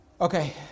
Okay